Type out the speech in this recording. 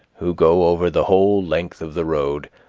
who go over the whole length of the road,